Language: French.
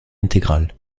intégral